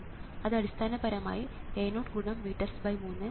അത് അടിസ്ഥാനപരമായി A0×VTEST3 Vx × 11 kilo Ω ആണ്